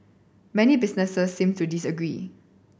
many businesses seem to disagree